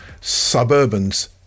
Suburban's